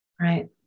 right